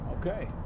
Okay